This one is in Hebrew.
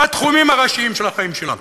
בתחומים הראשיים של החיים שלנו,